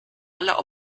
aller